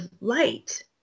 light